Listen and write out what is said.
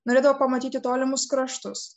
norėdavo pamatyti tolimus kraštus